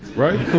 right